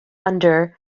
under